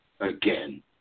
Again